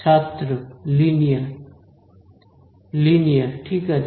ছাত্র linear linear ঠিক আছে